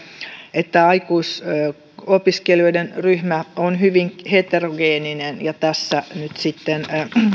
että aikuisopiskelijoiden ryhmä on hyvin heterogeeninen ja tässä nyt sitten